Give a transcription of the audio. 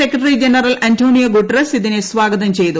secretary general Antonio Guterres ഇതിനെ സ്വാഗതം ചെയ്തു